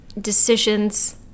decisions